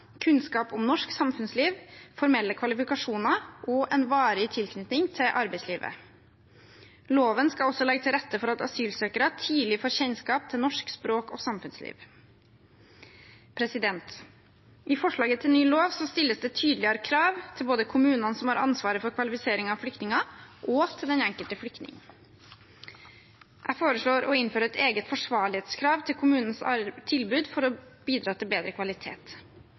kunnskap om norsk samfunnsliv, formelle kvalifikasjoner og en varig tilknytning til arbeidslivet. Loven skal også legge til rette for at asylsøkere tidlig får kjennskap til norsk språk og samfunnsliv. I forslaget til ny lov stilles det tydeligere krav til både kommunene som har ansvaret for kvalifiseringen av flyktninger, og til den enkelte flyktning. Jeg foreslår å innføre et eget forsvarlighetskrav til kommunenes tilbud for å bidra til bedre kvalitet.